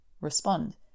respond